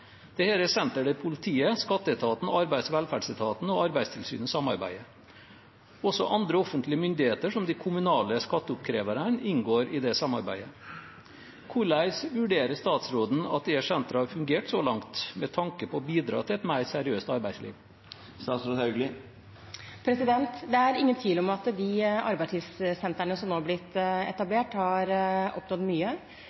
Det er sentre der politiet, skatteetaten, arbeids- og velferdsetaten og Arbeidstilsynet samarbeider. Også andre offentlige myndigheter, som de kommunale skatteoppkreverne, inngår i det samarbeidet. Hvordan vurderer statsråden at disse sentrene har fungert så langt, med tanke på å bidra til et mer seriøst arbeidsliv? Det er ingen tvil om at de arbeidslivssentrene som nå er blitt